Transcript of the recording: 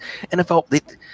NFL